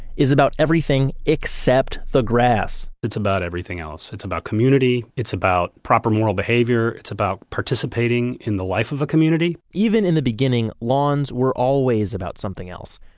is about everything except the grass it's about everything else. it's about community. it's about proper moral behavior. it's about participating in the life of a community even in the beginning, lawns were always about something else.